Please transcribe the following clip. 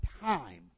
time